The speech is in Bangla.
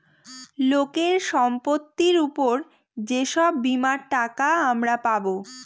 লোকের সম্পত্তির উপর যে সব বীমার টাকা আমরা পাবো